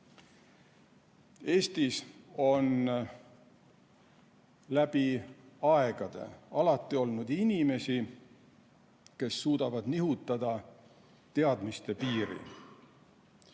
Eestis on läbi aegade alati olnud inimesi, kes suudavad nihutada teadmiste piiri.